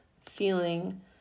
feeling